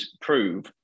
prove